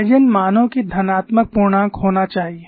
eigen मानों को धनात्मक पूर्णांक होना चाहिए